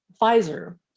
Pfizer